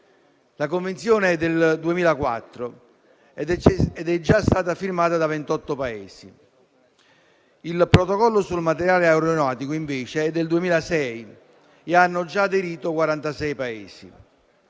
La Convenzione è del 2004 ed è già stata firmata da ventotto Paesi; il Protocollo sul materiale aeronautico invece è del 2006 e hanno già aderito quarantasei